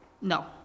No